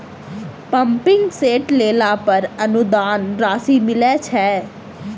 Pumping set लेला पर अनुदान राशि मिलय छैय?